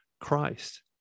Christ